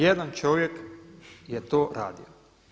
Jedan čovjek je to radio.